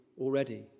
already